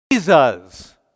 Jesus